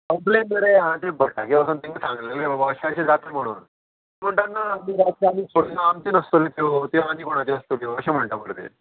complain न्हूं रे आं तें भटाक वोसोन तेंगे सांगलेले बाबा अशें अशें जाता म्हणून पूण तेन्ना आमी जाता थोड्यो आमची नासत्यो त्यो त्यो आनी कोणाच्यो आसतल्यो अश्यो म्हणटा मरे ते